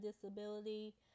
disability